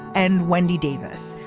and wendy davis.